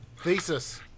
Thesis